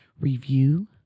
review